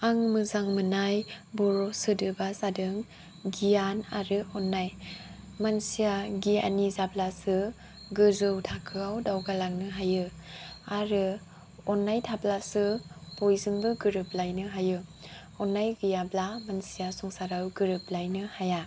आं मोजां मोननाय बर' सोदोबा जादों गियान आरो अन्नाय मानसिया गियानि जाब्लासो गोजौ थाखोयाव दावगा लांनो हायो आरो अन्नाय थाब्लासो बयजोंबो गोरोब लायनो हायो अन्नाय गैयाब्ला मानसिया संसाराव गोरोब लायनो हाया